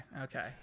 Okay